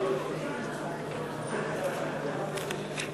חברי הכנסת,